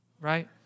right